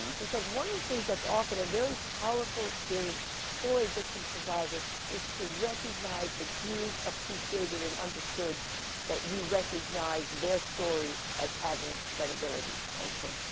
because one of the things that's often a very powerful experience for a victim survivor is to recognize that you've appreciated and understood that you recognize their story as having credibility. okay.